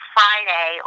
Friday